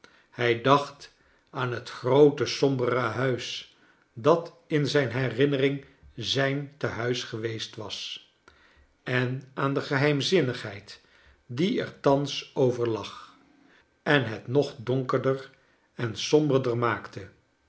hij dacht aan het groote sombere huis dat in zijn herinnering zijn tehuis geweest was en aan de geheimzinnigheid die er thans over lag en het nog donkerder en somberder maakte